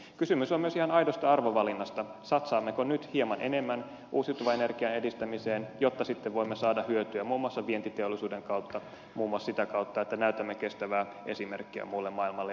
kysymys on myös ihan aidosta arvovalinnasta satsaammeko nyt hieman enemmän uusiutuvan energian edistämiseen jotta sitten voimme saada hyötyä muun muassa vientiteollisuuden kautta muun muassa sitä kautta että näytämme kestävää esimerkkiä muulle maailmalle